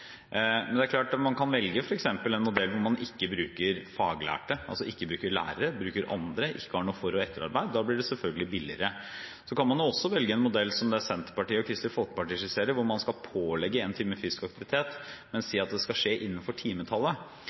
men én time på hvert eneste klassetrinn i uka, blir det rundt 2,5 mrd. kr. Det er klart at man kan velge en modell der man ikke bruker faglærte, altså ikke bruker lærere, men bruker andre, og ikke har noe for- og etterarbeid, da blir det selvfølgelig billigere. Man kan også velge en modell som den Senterpartiet og Kristelig Folkeparti skisserer, hvor man skal pålegge én times fysisk aktivitet, men sier at det